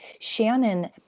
Shannon